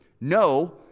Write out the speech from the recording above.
No